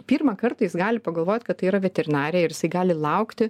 pirmą kartą jis gali pagalvot kad tai yra veterinarija ir jisai gali laukti